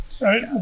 Right